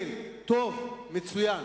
טוב, מצוין.